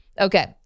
Okay